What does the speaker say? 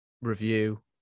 review